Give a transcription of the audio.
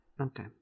okay